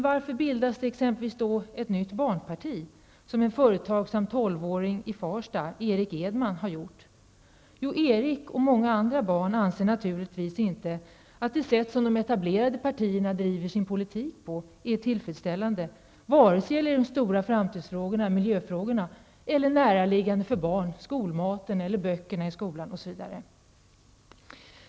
Varför bildas t.ex. ett nytt barnparti, av en företagsam 12 åring i Farsta, Erik Edman? Jo, Erik och många andra barn anser naturligtvis inte att det sätt som de etablerade partierna driver sin politik är tillfredsställande vare sig det gäller de stora framtidsfrågorna, miljöfrågorna osv. eller frågor som är närliggande för barn om skolmaten, böckerna i skolan osv.